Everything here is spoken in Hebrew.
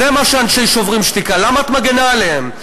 זה אנשי "שוברים שתיקה"; למה את מגינה עליהם?